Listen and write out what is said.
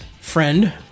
friend